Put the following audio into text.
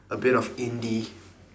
a bit of indie